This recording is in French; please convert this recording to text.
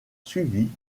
suivie